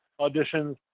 auditions